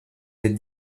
des